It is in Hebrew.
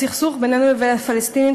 הסכסוך בינינו לבין הפלסטינים,